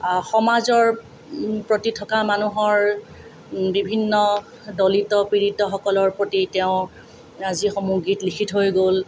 সমাজৰ প্ৰতি থকা মানুহৰ বিভিন্ন দলিত পীড়িতসকলৰ প্ৰতি তেওঁ যিসমূহ গীত লিখি থৈ গ'ল